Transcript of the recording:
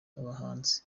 abahanzi